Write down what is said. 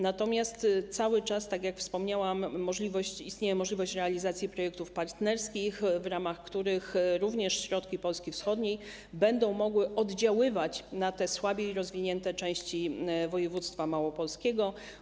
Natomiast cały czas, tak jak wspomniałam, istnieje możliwość realizacji projektów partnerskich, w ramach których również środki Polski wschodniej będą mogły oddziaływać na te słabiej rozwinięte części województwa małopolskiego.